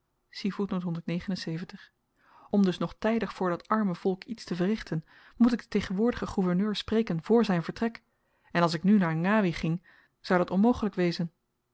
om dus nog tydig voor dat arme volk iets te verrichten moet ik den tegenwoordigen gouverneur spreken voor zyn vertrek en als ik nu naar ngawi ging zou dat onmogelyk wezen